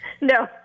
No